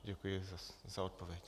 Děkuji za odpověď.